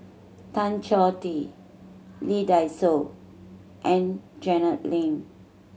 Tan Choh Tee Lee Dai Soh and Janet Lim